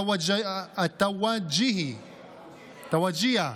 התאוג'יהי, התאוג'יהה.